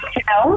Hello